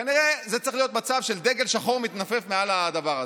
כנראה זה צריך להיות מצב שדגל שחור מתנופף מעל הדבר הזה,